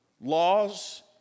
laws